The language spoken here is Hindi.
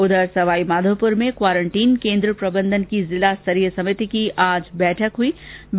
उधर सवाईमाघोपुर में क्वारंटीन केन्द्र प्रबंधन की जिला स्तरीय समिति की आज बैठक आयोजित हुई